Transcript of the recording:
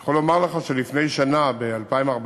אני יכול לומר לך שלפני שנה, ב-2014,